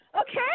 Okay